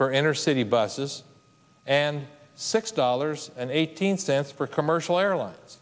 for enter city buses and six dollars and eighteen cents for commercial airlines